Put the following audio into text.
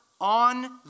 on